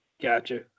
gotcha